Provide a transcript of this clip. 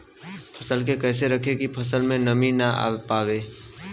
फसल के कैसे रखे की फसल में नमी ना आवा पाव?